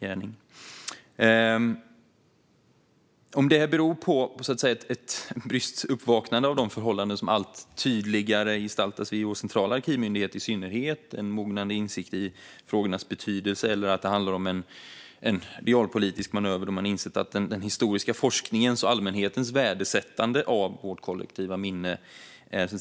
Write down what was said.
Jag låter det vara osagt om det här beror på ett bryskt uppvaknade när det gäller de förhållanden som allt tydligare gestaltas i vår centrala arkivmyndighet i synnerhet eller på en mognande insikt i frågornas betydelse eller om det är en realpolitisk manöver då man har insett den historiska forskningens och allmänhetens värdesättande av vårt kollektiva minne.